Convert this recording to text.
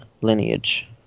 lineage